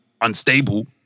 unstable